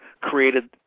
created